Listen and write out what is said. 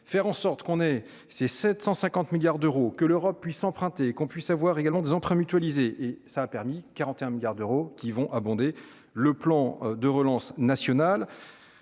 faire en sorte qu'on ait, c'est 750 milliards d'euros, que l'Europe puisse emprunter qu'on puisse avoir également des emprunts mutualiser et ça a permis 41 milliards d'euros qui vont abonder le plan de relance nationale